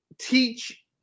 teach